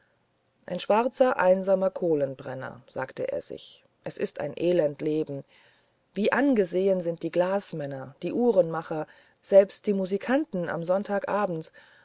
ein schwarzer einsamer kohlenbrenner sagte er sich es ist ein elend leben wie angesehen sind die glasmänner die uhrenmacher selbst die musikanten am sonntag